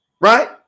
right